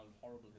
horrible